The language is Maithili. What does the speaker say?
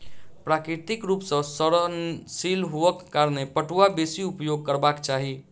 प्राकृतिक रूप सॅ सड़नशील हुअक कारणें पटुआ बेसी उपयोग करबाक चाही